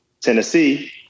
Tennessee